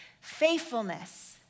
faithfulness